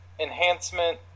enhancement